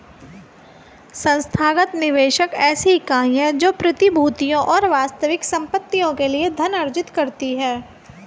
संस्थागत निवेशक ऐसी इकाई है जो प्रतिभूतियों और वास्तविक संपत्तियों के लिए धन अर्जित करती है